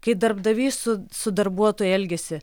kai darbdavys su su darbuotoju elgiasi